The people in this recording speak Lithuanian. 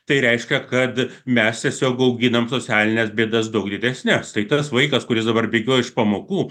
tai reiškia kad mes tiesiog auginam socialines bėdas daug didesnes tai tas vaikas kuris dabar bėgiojo iš pamokų